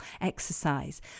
exercise